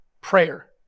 prayer